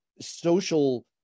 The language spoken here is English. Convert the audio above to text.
social